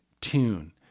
tune